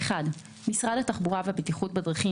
(1)משרד התחבורה והבטיחות בדרכים,